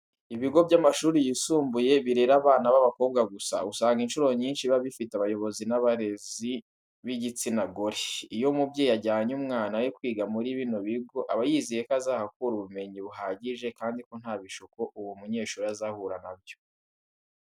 Ibigo by'amashuri yisumbuye birera abana b'abakobwa gusa, usanga incuro nyinshi biba bifite abayobozi n'abarezi b'igitsina gore. Iyo umubyeyi ajyanye umwana we kwiga muri bino bigo aba yizeye ko azahakura ubumenyi buhagije kandi ko nta bishuko uwo munyeshuri azahura na byo.